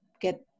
get